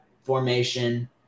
formation